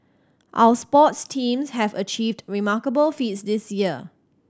our sports teams have achieved remarkable feats this year